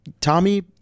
Tommy